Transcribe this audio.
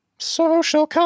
Social